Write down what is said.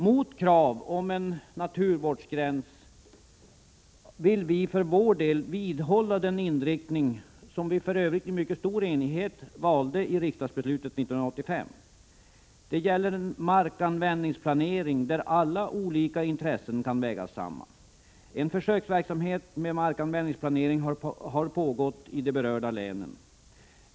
Mot kravet på en naturvårdsgräns vill vi för vår del vidhålla den inriktning som vi — för övrigt i mycket stor enighet — valde i riksdagsbeslutet 1985: en markanvändningsplanering där alla olika intressen kan vägas samman. En försöksverksamhet med markanvändningsplanering har pågått i de berörda länen.